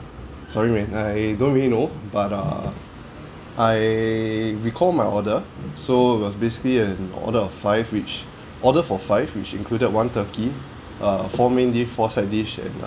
sorry man I don't really know but uh I recall my order so it was basically an order of five which ordered for five which included one turkey err four main dish four side dish and err